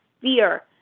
fear